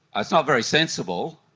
it's not very sensible.